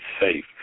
safe